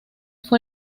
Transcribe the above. fue